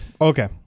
Okay